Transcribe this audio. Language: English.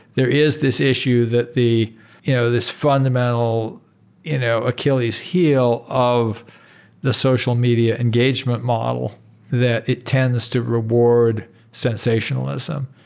there is this issue that you know this fundamental you know achilles' heel of the social media engagement model that it tends to reward sensationalism,